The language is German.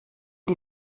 die